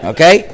Okay